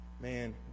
Man